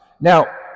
Now